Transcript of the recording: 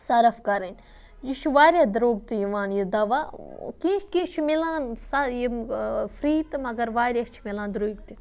صرف کَرٕنۍ یہِ چھُ واریاہ درٛوٚگ تہِ یِوان یہِ دَوا کینٛہہ کینٛہہ چھُ مِلان سا یِم فِری تہٕ مگر واریاہ چھِ مِلان درٛوٚگۍ تہِ